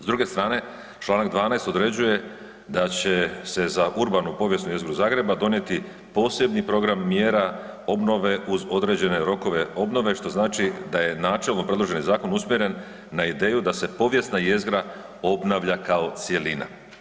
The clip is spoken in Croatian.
S druge strane čl. 12. određuje da će se za urbanu povijesnu jezgru Zagreba donijeti posebni program mjera obnove uz određene rokove obnove što znači da je načelno predloženi zakon usmjeren na ideju da se povijesna jezgra obnavlja kao cjelina.